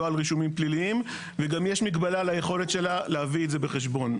לא על רישומים פליליים וגם יש מגבלה על היכולת שלה להביא את זה בחשבון.